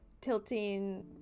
tilting